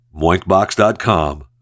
Moinkbox.com